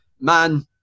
Man